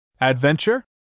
Adventure